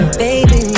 baby